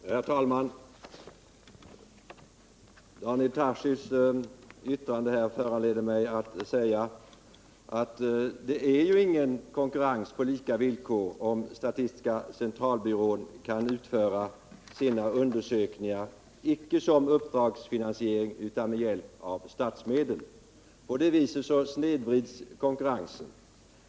Herr talman! Daniel Tarschys yttrande föranleder mig att säga att det är ingen konkurrens på lika villkor om statistiska centralbyrån kan utföra sina undersökningar, icke med uppdragsfinansiering utan med hjälp av statsmedel. På det sättet snedvrids konkurrensen.